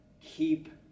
keep